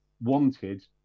wanted